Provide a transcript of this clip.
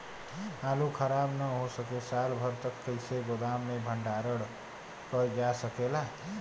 आलू खराब न हो सके साल भर तक कइसे गोदाम मे भण्डारण कर जा सकेला?